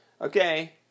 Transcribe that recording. Okay